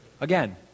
Again